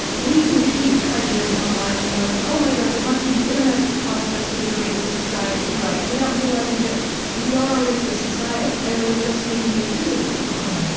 we read prejudice online, and we're like, oh, my gosh, it must be the internet that's causing us to be a racist society, without realizing that we are a racist society, and we're just making it visible online. yeah